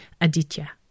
Aditya